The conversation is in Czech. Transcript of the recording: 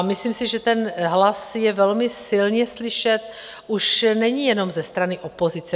Myslím si, že ten hlas je velmi silně slyšet, už není jenom ze strany opozice.